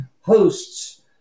hosts